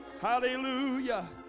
Hallelujah